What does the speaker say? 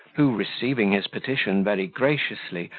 who, receiving his petition very graciously,